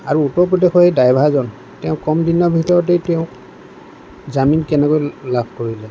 আৰু উত্তৰ প্ৰদেশৰ এই ড্ৰাইভাৰজন তেওঁ কম দিনৰ ভিতৰতে তেওঁ জামিন কেনেকৈ লাভ কৰিলে